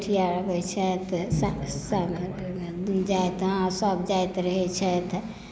छठि अबै छथि सभ ओहिके दिन जैतौं सभ जैत रहैत छथि